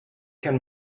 can